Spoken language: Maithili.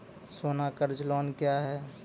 सोना कर्ज लोन क्या हैं?